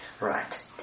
Right